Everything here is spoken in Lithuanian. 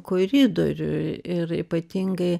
koridoriuj ir ypatingai